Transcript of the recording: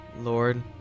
Lord